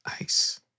ice